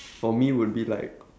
for me would be like